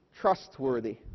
trustworthy